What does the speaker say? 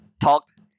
talked